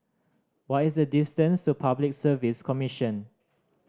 what is the distance to Public Service Commission